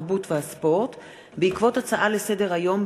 התרבות והספורט בעקבות דיון הצעות לסדר-היום